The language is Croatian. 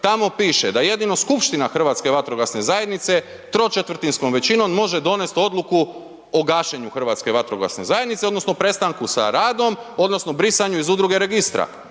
Tamo piše da jedino skupština Hrvatske vatrogasne zajednice tročetvrtinskom većinom može donest odluku o gašenju Hrvatske vatrogasne zajednice odnosno prestanku sa radom odnosno o brisanju iz udruge registra,